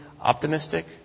optimistic